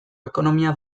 ekonomia